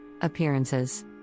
Appearances